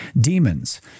demons